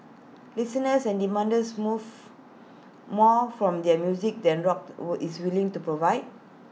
listeners are demander's move more from their music than rock is willing to provide